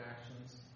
actions